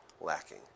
lacking